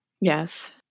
Yes